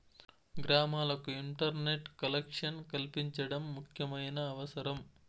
గ్రామాలకు internet collection కల్పించడం ముఖ్యమైన అవసరం